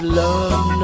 love